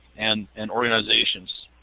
and and organizations.